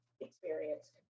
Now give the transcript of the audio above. experience